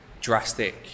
drastic